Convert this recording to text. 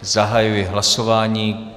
Zahajuji hlasování.